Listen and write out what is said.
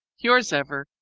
yours ever,